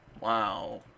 wow